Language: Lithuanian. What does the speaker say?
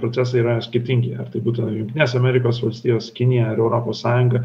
procesai yra skirtingi ar tai būtų jungtines amerikos valstijos kinija ar europos sąjunga